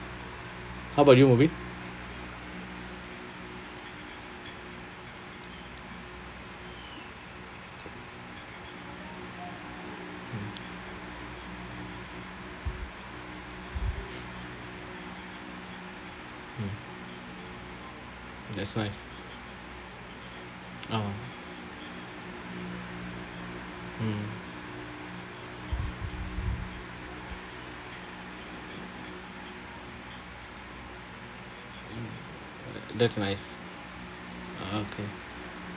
how about you mubin hmm hmm that's nice oh mm tha~ that's nice okay